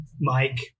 Mike